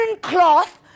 cloth